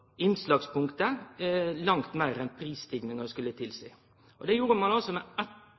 innslagspunktet langt meir enn prisstiginga skulle tilseie. Det gjorde ein med tilbakeverkande kraft. Vi i Framstegspartiet ønskjer å reversere dette. Vi ønskjer at